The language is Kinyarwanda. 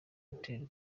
hoteli